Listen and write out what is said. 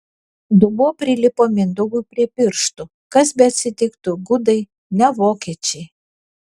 dubuo prilipo mindaugui prie pirštų kas beatsitiktų gudai ne vokiečiai